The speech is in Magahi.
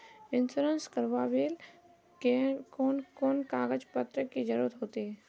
इंश्योरेंस करावेल कोन कोन कागज पत्र की जरूरत होते?